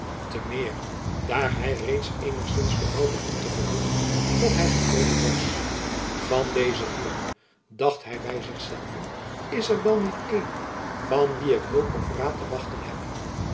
te meer daar hy reeds eenigzins berouw begon te gevoelen dat hy gekomen was van deze heeren dacht hy by zich zelven is er wel niet een van wien ik hulp of raad te wachten heb